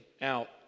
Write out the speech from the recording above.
out